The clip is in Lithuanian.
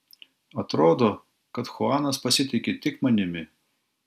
atrodo kad chuanas pasitiki tik manimi